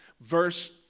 verse